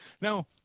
Now